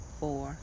four